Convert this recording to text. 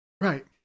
Right